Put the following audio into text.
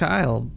Kyle